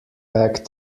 back